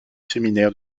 séminaire